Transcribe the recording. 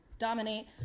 dominate